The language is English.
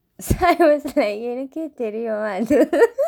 I was like எனக்கே தெறியும் அது:enakkee theriyum athu